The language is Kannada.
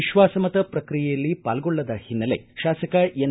ವಿಶ್ವಾಸಮತ ಪ್ರಕ್ರಿಯೆಯಲ್ಲಿ ಪಾಲ್ಗೊಳ್ಳದ ಹಿನ್ನೆಲೆ ಶಾಸಕ ಎನ್